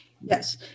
Yes